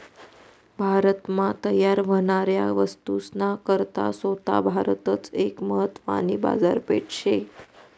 भारत मा तयार व्हनाऱ्या वस्तूस ना करता सोता भारतच एक महत्वानी बाजारपेठ शे